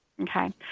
okay